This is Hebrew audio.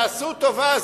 תעשו טובה,